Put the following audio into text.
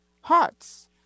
hearts